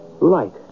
Light